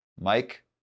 Mike